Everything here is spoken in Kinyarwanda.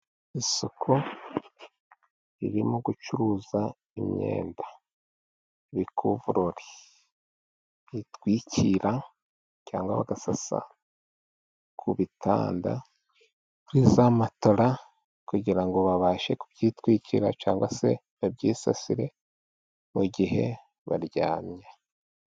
Isoko ririmo gucuruza imyenda, ibikuvrori bitwikira cyangwa bagasasa ku bitanda kuri za matola, kugira ngo babashe kubyitwikira cyangwa se babyisasire mu gihe baryamye.